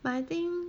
but I think